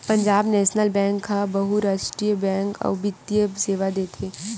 Punjab national bank ह बहुरास्टीय banking अउ बित्तीय सेवा देथे